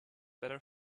better